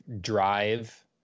drive